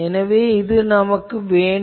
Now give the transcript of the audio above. எனவே இது வேண்டும்